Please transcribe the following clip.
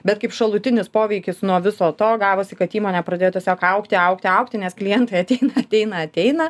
bet kaip šalutinis poveikis nuo viso to gavosi kad įmonė pradėjo tiesiog augti augti augti nes klientai ateina ateina ateina